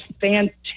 fantastic